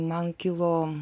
man kilo